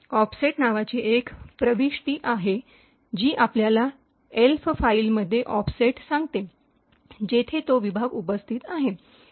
offset नावाची एक प्रविष्टी आहे जी आपल्याला एल्फ फाइलमध्ये ऑफसेट सांगते जेथे तो विभाग उपस्थित आहे